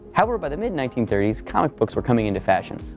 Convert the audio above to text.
however, by the mid nineteen thirty s, comic books were coming into fashion.